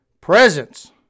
presents